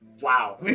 wow